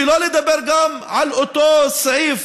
שלא לדבר גם על אותו סעיף